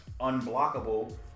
Unblockable